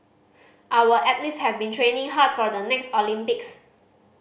our athletes have been training hard for the next Olympics